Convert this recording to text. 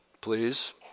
please